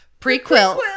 prequel